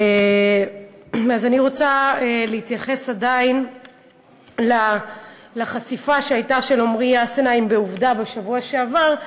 אני רוצה להתייחס עדיין לחשיפה של עמרי אסנהיים ב"עובדה" בשבוע שעבר,